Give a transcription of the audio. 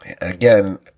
again